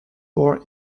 born